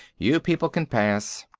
you people can pass.